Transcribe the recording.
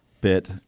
bit